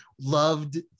loved